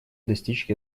достичь